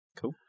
Cool